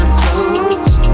clothes